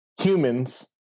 Humans